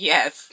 Yes